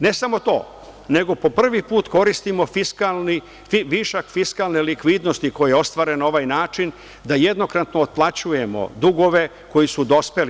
Ne samo to, nego po prvi put koristimo višak fiskalne likvidnosti koji je ostvaren na ovaj način da jednokratno otplaćujemo dugove koji su dospeli.